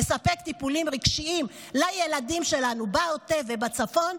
לספק טיפולים רגשיים לילדים שלנו בעוטף ובצפון,